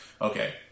okay